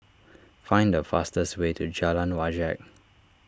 find the fastest way to Jalan Wajek